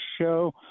show